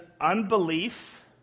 unbelief